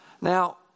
Now